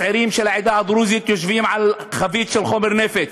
הצעירים של העדה הדרוזית יושבים על חבית של חומר נפץ.